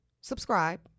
subscribe